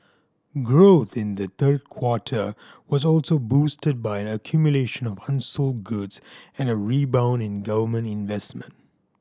growth in the third quarter was also boosted by an accumulation of unsold goods and a rebound in government investment